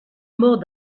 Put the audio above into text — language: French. mort